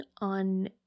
on